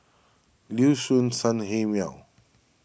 Liuxun Sanhemiao